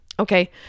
Okay